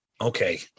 Okay